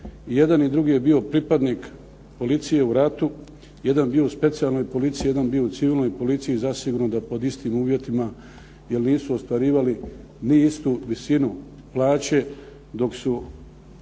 jedan i drugi je bio pripadnik policije u ratu, jedan je bio u specijalnoj policiji, jedan je bio u civilnoj policiji i zasigurno da pod istim uvjetima jel nisu ostvarivali ni istu visinu plaće dok su